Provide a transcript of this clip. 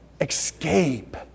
Escape